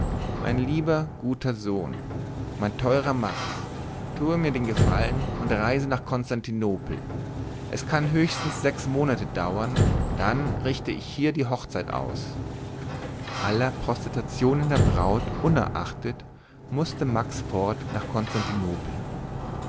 mein lieber guter sohn mein teurer max tue mir den gefallen und reise nach konstantinopel es kann höchstens sechs monate dauern dann richte ich hier die hochzeit aus aller protestationen der braut unerachtet mußte max fort nach